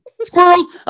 squirrel